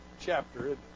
chapter